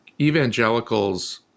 evangelicals